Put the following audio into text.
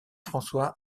françois